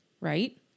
right